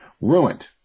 ruined